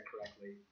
correctly